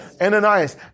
Ananias